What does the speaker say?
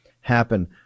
happen